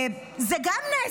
גם זה נס.